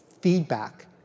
feedback